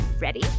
Ready